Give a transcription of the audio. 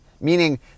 Meaning